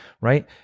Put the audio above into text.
Right